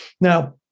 Now